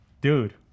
Dude